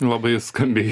labai skambiai